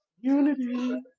Unity